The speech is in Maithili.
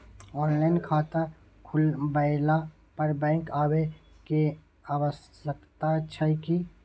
ऑनलाइन खाता खुलवैला पर बैंक आबै के आवश्यकता छै की?